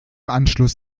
anschluss